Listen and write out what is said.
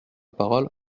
parole